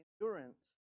endurance